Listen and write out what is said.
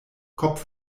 kopf